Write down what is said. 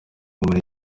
muri